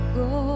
go